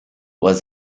was